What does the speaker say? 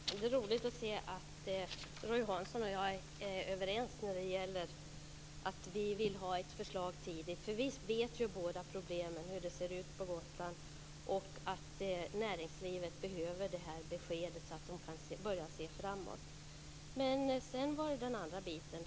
Fru talman! Det är roligt att se att Roy Hansson och jag är överens om att vi vill ha ett förslag tidigt. Vi känner ju båda till problemen och hur det ser ut på Gotland. Näringslivet behöver det här beskedet så att man kan börja se framåt. Sedan var det den andra biten.